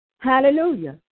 Hallelujah